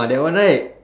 ah that one right